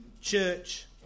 church